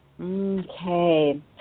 Okay